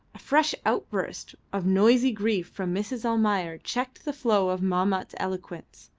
a fresh outburst of noisy grief from mrs. almayer checked the flow of mahmat's eloquence.